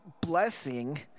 blessing